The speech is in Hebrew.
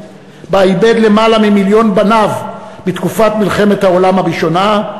שבה איבד למעלה ממיליון בניו בתקופת מלחמת העולם הראשונה,